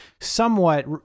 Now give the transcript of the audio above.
somewhat